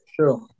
sure